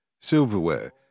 silverware